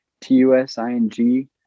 T-U-S-I-N-G